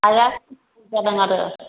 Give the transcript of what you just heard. हाया जादों आरो